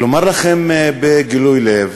לומר לכם בגילוי לב,